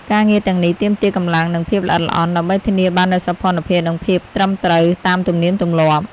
ការងារទាំងនេះ ទាមទារកម្លាំង និងភាពល្អិតល្អន់ ដើម្បីធានាបាននូវសោភ័ណភាព និងភាពត្រឹមត្រូវតាមទំនៀមទម្លាប់។